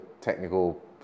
technical